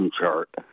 chart